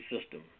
system